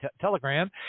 Telegram